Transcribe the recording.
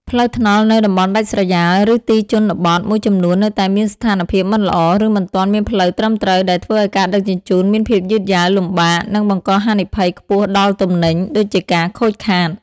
ផ្លូវថ្នល់នៅតំបន់ដាច់ស្រយាល ឬទីជនបទមួយចំនួននៅតែមានស្ថានភាពមិនល្អ ឬមិនទាន់មានផ្លូវត្រឹមត្រូវ ដែលធ្វើឱ្យការដឹកជញ្ជូនមានភាពយឺតយ៉ាវ លំបាក និងបង្កហានិភ័យខ្ពស់ដល់ទំនិញ (ដូចជាការខូចខាត)។